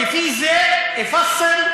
ולפי זה "תִתפסֵר",